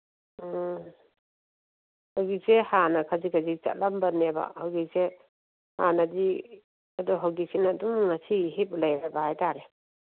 ꯎꯝ ꯍꯧꯖꯤꯛꯁꯦ ꯍꯥꯟꯅ ꯈꯖꯤꯛ ꯈꯖꯤꯛ ꯆꯠꯂꯝꯕꯅꯦꯕ ꯍꯧꯖꯤꯛꯁꯦ ꯍꯥꯟꯅꯗꯤ ꯑꯗꯣ ꯍꯧꯖꯤꯛꯁꯤꯅ ꯑꯗꯨꯝ ꯉꯁꯤ ꯍꯤꯞ ꯂꯩꯈ꯭ꯔꯕ ꯍꯥꯏ ꯇꯥꯔꯦ